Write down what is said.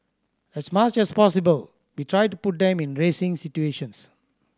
as much as possible we try to put them in racing situations